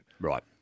Right